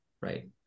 right